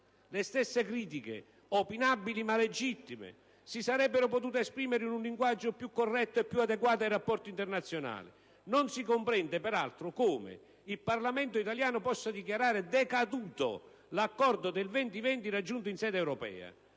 Le stesse critiche, opinabili ma legittime, si sarebbero potute esprimere in un linguaggio più corretto e adeguato ai rapporti internazionali. Non si comprende peraltro come il Parlamento italiano possa dichiarare decaduto il cosiddetto Accordo 20-20-20 raggiunto in sede europea.